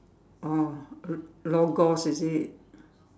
oh l~ logos is it